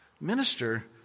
Minister